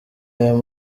ayo